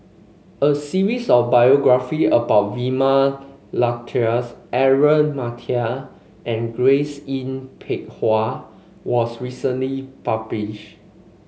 a series of biography about Vilma Laus Aaron Maniam and Grace Yin Peck Ha was recently published